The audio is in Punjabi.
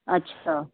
ਅੱਛਾ